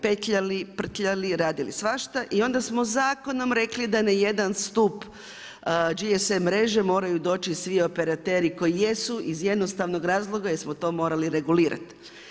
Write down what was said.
Petljali, prtljali, radili svašta i onda smo zakonom rekli, da na jedan stup, GSM mreže moraju doći svi operateri koji jesi iz jednostavnog razloga jer smo to morali regulirati.